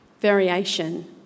variation